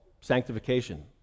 sanctification